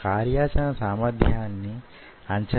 మీ దగ్గర ఈ విధమైన పేటర్న్ ఉన్న మాస్క్ వున్నది